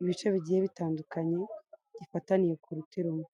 ibice bigiye bitandukanye bifataniye ku ruti rumwe.